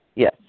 Yes